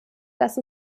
dass